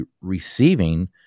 receiving